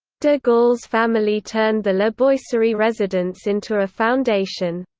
de gaulle's family turned the la boisserie residence into a foundation.